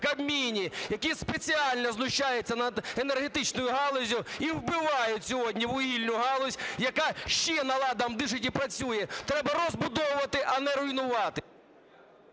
Кабміні, які спеціально знущаються над енергетичною галуззю і вбивають сьогодні вугільну галузь, яка ще на ладан дише і працює. Треба розбудовувати, а не руйнувати.